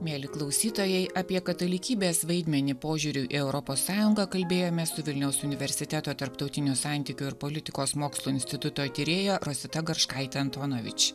mieli klausytojai apie katalikybės vaidmenį požiūriu į europos sąjungą kalbėjomės su vilniaus universiteto tarptautinių santykių ir politikos mokslų instituto tyrėja rosita garškaitė antonovič